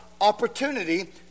opportunity